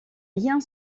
rien